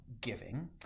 giving